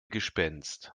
gespenst